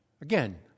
Again